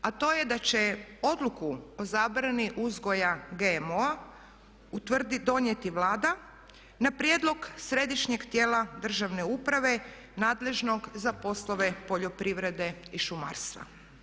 A to je da će odluku o zabrani uzgoja GMO-a donijeti Vlada na prijedlog središnjeg tijela državne uprave nadležnog za poslove poljoprivrede i šumarstva.